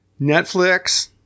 Netflix